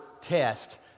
test